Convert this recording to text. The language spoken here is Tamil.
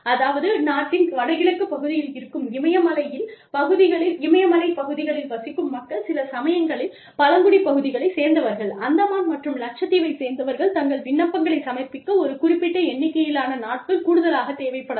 அதாவது நாட்டின் வடகிழக்கு பகுதியில் இருக்கும் இமயமலையில் பகுதிகளில் வசிக்கும் மக்கள் சில சமயங்களில் பழங்குடிப் பகுதிகளைச் சேர்ந்தவர்கள் அந்தமான் மற்றும் லட்சத்தீவைச் சேர்ந்தவர்கள் தங்கள் விண்ணப்பங்களை சமர்ப்பிக்க ஒரு குறிப்பிட்ட எண்ணிக்கையிலான நாட்கள் கூடுதலாகத் தேவைப்படலாம்